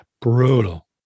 Brutal